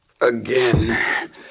again